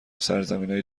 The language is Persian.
سرزمینای